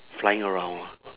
flying around lah